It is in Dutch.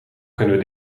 kunnen